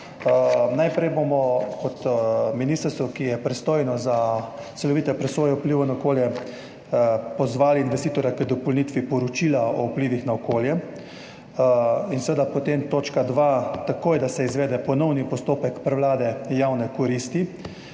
Najprej bomo kot ministrstvo, ki je pristojno za celovito presojo vplivov na okolje, pozvali investitorja k dopolnitvi poročila o vplivih na okolje. Seveda potem točka dve, da se takoj izvede ponovni postopek prevlade javne koristi.